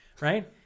right